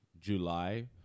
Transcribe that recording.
July